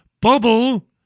bubble